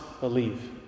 believe